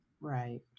Right